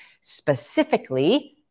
specifically